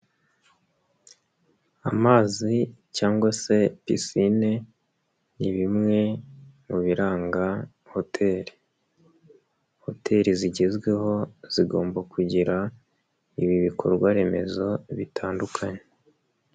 Amazi cyangwa se pisine ni bimwe mu biranga hoteri, hoteri zigezweho zigomba kugira ibi bikorwaremezo bitandukanye.